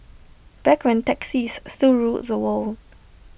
back when taxis still ruled the world